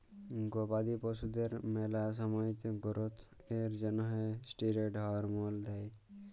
গবাদি পশুদের ম্যালা সময়তে গোরোথ এর জ্যনহে ষ্টিরেড হরমল দেই